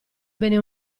bene